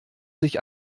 sich